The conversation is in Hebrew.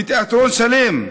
ותיאטרון שלם,